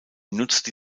nutzte